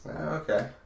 okay